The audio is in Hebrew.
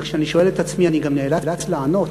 וכשאני שואל את עצמי אני גם נאלץ לענות,